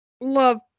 love